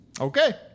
Okay